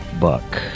Buck